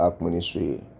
ministry